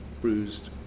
bruised